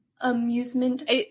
amusement